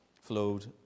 flowed